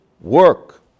work